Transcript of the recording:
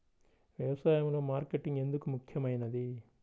వ్యసాయంలో మార్కెటింగ్ ఎందుకు ముఖ్యమైనది?